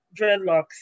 dreadlocks